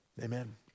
Amen